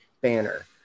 banner